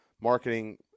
marketing